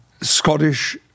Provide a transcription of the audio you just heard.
scottish